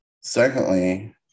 Secondly